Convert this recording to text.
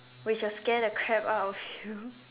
which will scare the crap out of you